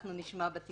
שנשמע עליהם בתקשורת.